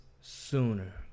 Sooner